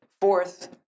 Fourth